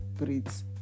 breeds